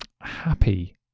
happy